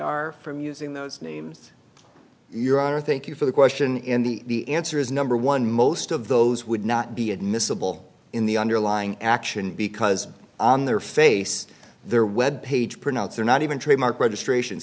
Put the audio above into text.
are from using those names your honor thank you for the question in the answer is number one most of those would not be admissible in the underlying action because on their face their web page pronouncer not even trademark registration